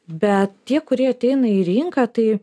bet tie kurie ateina į rinką tai